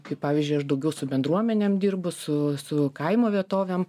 kaip pavyzdžiui aš daugiau su bendruomenėm dirbu su su kaimo vietovėm